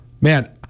Man